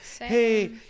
Hey